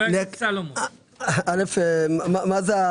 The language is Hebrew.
מה זה: